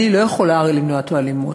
אני הרי לא יכולה למנוע את האלימות.